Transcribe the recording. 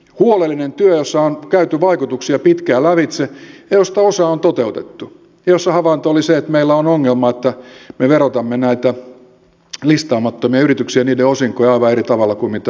huolellinen työ jossa on käyty vaikutuksia pitkään lävitse ja josta osa on toteutettu ja jossa havainto oli se että meillä on ongelma että me verotamme näitä listaamattomia yrityksiä ja niiden osinkoja aivan eri tavalla kuin mitä listattuja